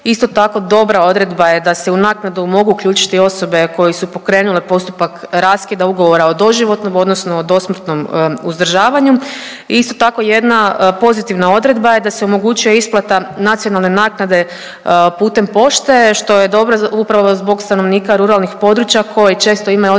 Isto tako dobra odredba je da se u naknadu mogu uključiti osobe koje su pokrenule postupak raskida ugovora o doživotnom odnosno dosmrtnom uzdržavanju. Isto tako jedna pozitivna odredba je da se omogućuje isplata nacionalne naknade putem pošte, što je dobro upravo zbog stanovnika ruralnih područja koji često imaju otežan